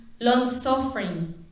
long-suffering